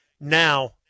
now